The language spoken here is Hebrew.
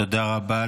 תודה רבה.